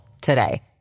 today